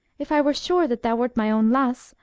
if i were sure that thou wert my own lasse,